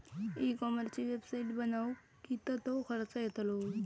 E कॉमर्सची website बनवक किततो खर्च येतलो?